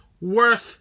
worth